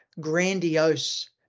grandiose